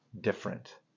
different